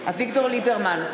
אביגדור ליברמן,